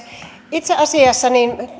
itse asiassa